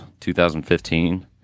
2015